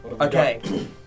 Okay